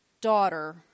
daughter